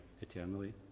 eternally